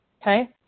okay